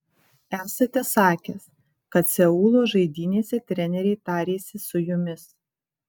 esate sakęs kad seulo žaidynėse treneriai tarėsi su jumis